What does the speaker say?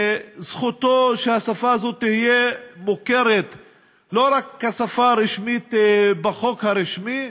זכותו שהשפה שלו תהיה מוכרת לא רק כשפה הרשמית בחוק הרשמי,